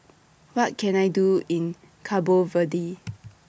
What Can I Do in Cabo Verde